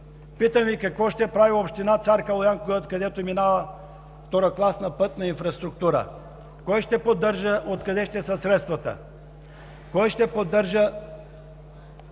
Питам Ви: какво ще прави община Цар Калоян, откъдето минава второкласна пътна инфраструктура? Кой ще поддържа, откъде ще са средствата? Кой ще поддържа…